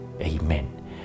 Amen